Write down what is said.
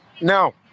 No